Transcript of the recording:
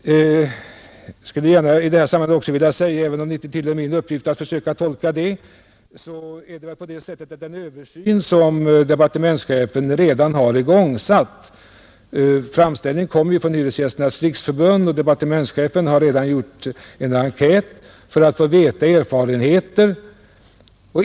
I detta sammanhang skulle jag också gärna vilja säga något, även om det inte tillhör min uppgift att försöka göra en tolkning i detta avseende, om den översyn som departementschefen redan har igångsatt. Framställningen kom ju från Hyresgästernas riksförbund, och departementschefen har redan gjort en enkät för att få del av erfarenheter.